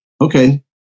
okay